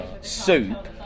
soup